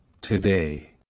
Today